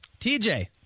TJ